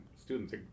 students